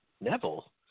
Neville